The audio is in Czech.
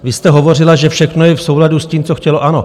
Vy jste hovořila, že všechno je v souladu s tím, co chtělo ANO.